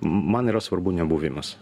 man yra svarbu ne buvimas